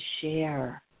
share